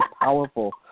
powerful